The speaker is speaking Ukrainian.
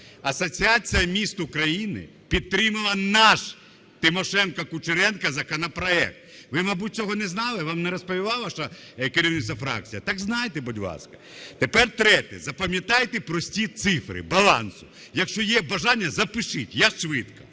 Асоціація міст України підтримала наш – Тимошенко–Кучеренко - законопроект. Ви, мабуть, цього не знали, вам не розповідало керівництво фракції? Так знайте, будь ласка. Тепер третє. Запам'ятайте прості цифри балансу. Якщо є бажання, запишіть, я швидко.